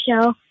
show